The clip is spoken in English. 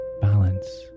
balance